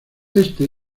éste